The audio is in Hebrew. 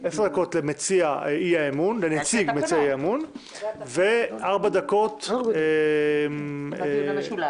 עשר דקות לנציג מציע האי-אמון וארבע דקות בדיון המשולב.